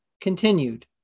Continued